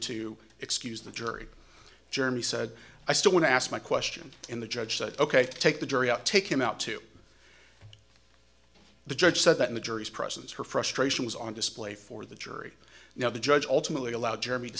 to excuse the jury germy said i still want to ask my question in the judge said ok take the jury out take him out to the judge said that in the jury's presence her frustration was on display for the jury now the judge ultimately allowed jeremy to